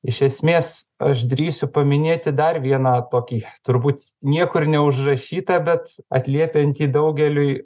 iš esmės aš drįsiu paminėti dar vieną tokį turbūt niekur neužrašytą bet atliepiantį daugeliui